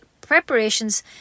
preparations